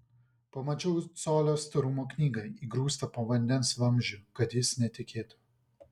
pamačiau colio storumo knygą įgrūstą po vandens vamzdžiu kad jis netekėtų